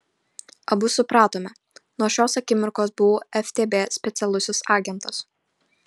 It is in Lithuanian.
abu supratome nuo šios akimirkos buvau ftb specialusis agentas